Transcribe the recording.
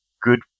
good